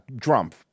Trump